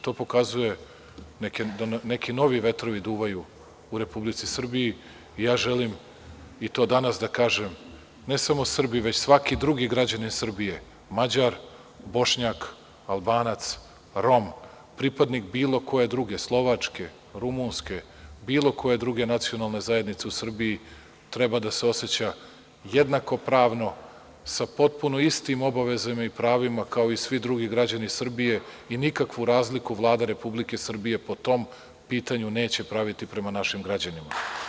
To pokazuje da neki novi vetrovi duvaju u Republici Srbiji i ja želim i to danas da kažem da ne samo Srbi, već i svi drugi građani Srbije, Mađar, Bošnjak, Albanac, Rom, pripadnik bilo koje druge slovačke, rumunske, bilo koje druge nacionalne zajednice u Srbiji treba da se oseća jednako pravno sa potpuno istim obavezama i pravima kao i svi drugi građani Srbije i nikakvu razliku Vlada Republike Srbije po tom pitanju neće praviti prema našim građanima.